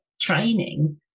training